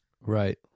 Right